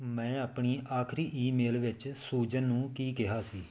ਮੈਂ ਆਪਣੀ ਆਖਰੀ ਈਮੇਲ ਵਿੱਚ ਸੂਜ਼ਨ ਨੂੰ ਕੀ ਕਿਹਾ ਸੀ